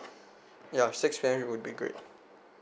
ya six P_M would be great